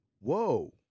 Whoa